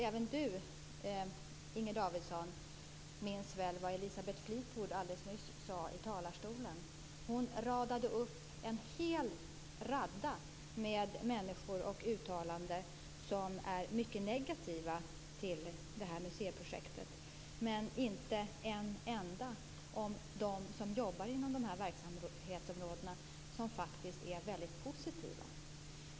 Även Inger Davidson minns väl vad Elisabeth Fleetwood sade i talarstolen alldeles nyss. Hon radade upp en mängd människor och uttalanden som är negativa till museiprojektet men nämnde inte en enda av dem som jobbar inom de här verksamhetsområdena och som faktiskt är positiva.